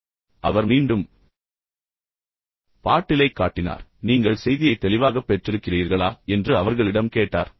இப்போது அவர் மீண்டும் பாட்டிலைக் காட்டினார் பின்னர் நீங்கள் செய்தியை தெளிவாகப் பெற்றிருக்கிறீர்களா என்று அவர்களிடம் கேட்டார்